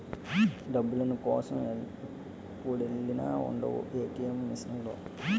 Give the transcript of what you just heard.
డబ్బుల కోసం ఎప్పుడెల్లినా ఉండవు ఏ.టి.ఎం మిసన్ లో